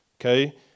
okay